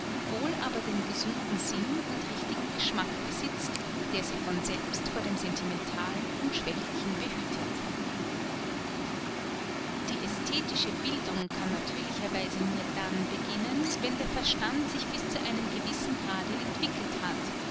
wohl aber den gesunden sinn und richtigen geschmack besitzt der sie von selbst vor dem sentimentalen und schwächlichen behütet die ästhetische bildung kann natürlicherweise nur dann beginnen wenn der verstand sich bis zu einem gewissen grade entwickelt hat